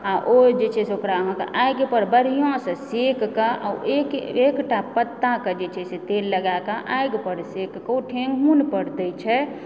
आ ओ जे छै से ओकरा अहाँकेँ आगि पर बढ़िआँसंँ सेक कऽ एक एकटा कऽ पत्ताके जे छै से तेल लगाए कऽ आगि पर सेक कऽ ठेहुन पर दए छै